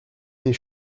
des